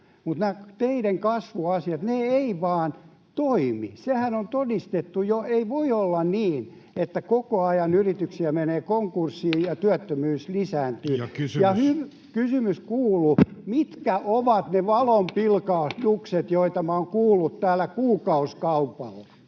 Mutta nämä teidän kasvuasiat: ne eivät vain toimi. Sehän on todistettu jo. Ei voi olla niin, että koko ajan yrityksiä menee konkurssiin ja työttömyys lisääntyy. [Puhemies: Ja kysymys!] — Kysymys kuuluu: mitkä ovat ne valonpilkahdukset, joita minä olen kuullut täällä kuukausikaupalla?